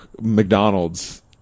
McDonald's